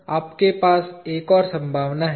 तो यह आपके पास एक और संभावना है